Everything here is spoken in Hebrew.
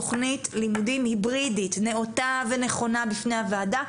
תוכנית לימודים היברידית נאותה ונכונה בפני הוועדה,